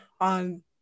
on